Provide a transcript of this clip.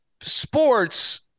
sports